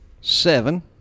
seven